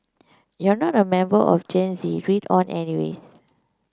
if you're not a member of Gen Z read on anyways